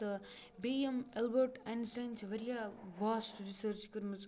تہٕ بیٚیہِ یِم ایلبٲٹ اینسٹاین چھِ واریاہ واسٹہٕ رِسٔرٕچ کٔرمٕژ